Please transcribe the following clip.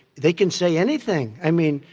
they can say anything. i mean,